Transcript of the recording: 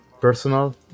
personal